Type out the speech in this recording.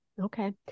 Okay